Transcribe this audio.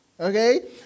okay